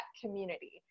community